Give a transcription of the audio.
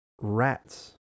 rats